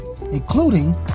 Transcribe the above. including